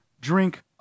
drink